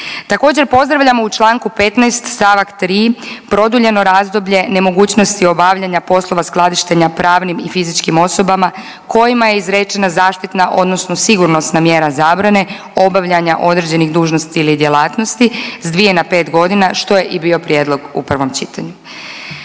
Također pozdravljamo u Članku 15. stavak 3. produljeno razdoblje nemogućnosti obavljanja poslova skladištenja pravnim i fizičkim osobama kojima je izrečena zaštitna odnosno sigurnosna mjera zabrane obavljanja određenih dužnosti ili djelatnosti s 2 na 5 godina što je i bio prijedlog u provom čitanju.